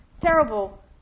terrible